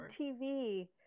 tv